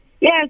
Yes